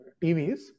TVs